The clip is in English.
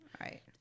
Right